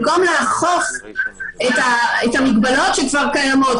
במקום לאכוף את המגבלות שכבר קיימות.